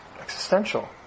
existential